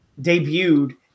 debuted